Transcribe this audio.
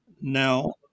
Now